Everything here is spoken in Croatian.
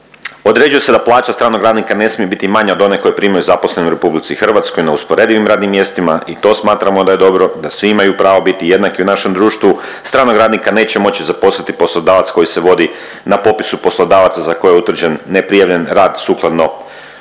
Određuje se da plaća stranog radnika ne smije biti manja od one koju primaju zaposleni u RH na usporedivim radnim mjestima i to smatramo da je dobro, da svi imaju pravo biti jednaki u našem društvu. Stranog radnika neće moći zaposliti poslodavac koji se vodi na popisu poslodavaca za kojeg je utvrđen neprijavljen rad sukladno